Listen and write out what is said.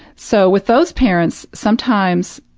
so, with those parents, sometimes,